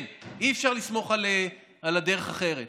כן, אי-אפשר לסמוך על דרך אחרת.